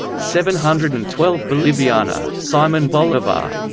seven hundred and twelve boliviana so um and boliviana